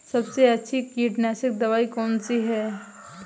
सबसे अच्छी कीटनाशक दवाई कौन सी है?